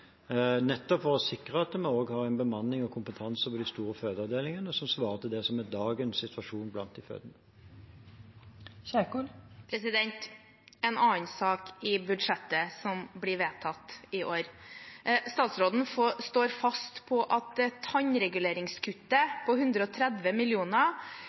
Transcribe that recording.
nettopp for å sikre at vi har en bemanning og kompetanse ved de store fødeavdelingene som svarer til det som er dagens situasjon blant de fødende. Til en annen sak i budsjettet som blir vedtatt i år: Statsråden står fast på